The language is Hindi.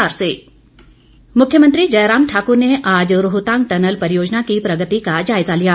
मुख्यमंत्री मुख्यमंत्री जयराम ठाकुर ने आज रोहतांग टनल परियोजना की प्रगति का जायजा लिया